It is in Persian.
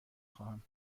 خواهم